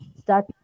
Start